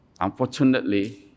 Unfortunately